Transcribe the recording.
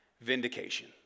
vindication